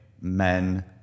men